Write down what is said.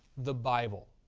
the bible.